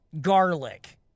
garlic